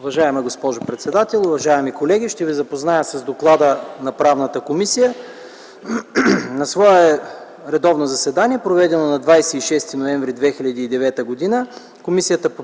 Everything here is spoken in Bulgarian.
Уважаема госпожо председател, уважаеми колеги! Ще ви запозная с доклада на Комисията по правни въпроси. „На свое редовно заседание, проведено на 26 ноември 2009 г., Комисията по